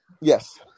Yes